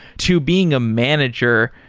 to being a manager,